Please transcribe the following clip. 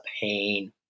pain